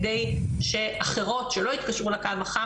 כדי שאחרות שלא התקשרו לקו החם,